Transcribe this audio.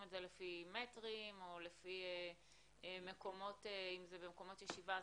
את זה לפי מטרים או אם זה מקומות ישיבה,